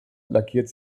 lackiert